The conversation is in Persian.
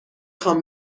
خوام